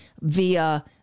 via